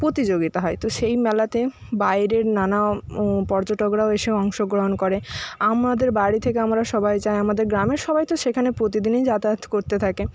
প্রতিযোগিতা হয় তো সেই মেলাতে বাইরের নানা পর্যটকরাও এসে অংশগ্রহণ করে আমাদের বাড়ি থেকে আমরা সবাই যাই আমাদের গ্রামের সবাই তো সেখানে প্রতিদিনই যাতায়াত করতে থাকে